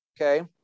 okay